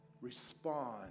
respond